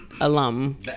alum